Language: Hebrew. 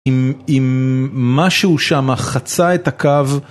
אם משהו שמה, חצה את הקו.